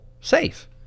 safe